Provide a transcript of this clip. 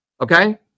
okay